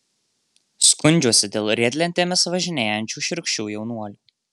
skundžiuosi dėl riedlentėmis važinėjančių šiurkščių jaunuolių